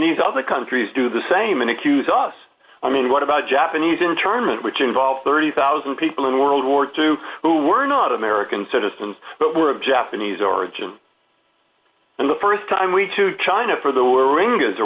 these other countries do the same and accuse us i mean what about japanese internment which involves thirty thousand people in world war two who were not american citizens but were of japanese origin and the st time we to china for the